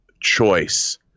choice